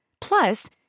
Plus